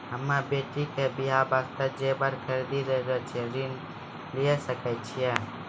हम्मे बेटी के बियाह वास्ते जेबर खरीदे लेली ऋण लिये सकय छियै?